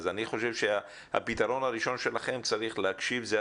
אז אני חושב שהפתרון הראשון שלכם זה הדבר